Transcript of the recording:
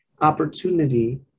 opportunity